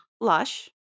Lush